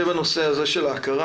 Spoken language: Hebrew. זה בנושא הזה של ההכרה.